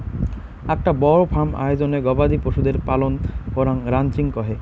আকটা বড় ফার্ম আয়োজনে গবাদি পশুদের পালন করাঙ রানচিং কহে